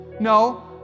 No